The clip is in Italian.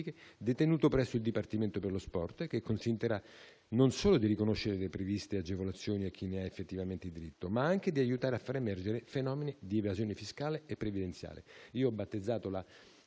detenuto presso il Dipartimento per lo sport, che consentirà, non solo di riconoscere le previste agevolazioni a chi ne ha effettivamente diritto, ma anche di aiutare a far emergere fenomeni di evasione fiscale e previdenziale.